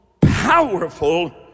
powerful